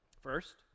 First